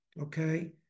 Okay